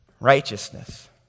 Righteousness